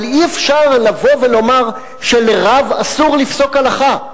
אבל אי-אפשר לבוא ולומר שלרב אסור לפסוק הלכה.